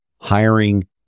hiring